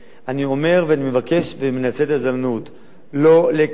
אני אומר ואני מבקש ומנצל את ההזדמנות לא להיכנס